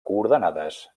coordenades